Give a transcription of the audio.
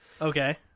Okay